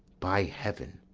by heaven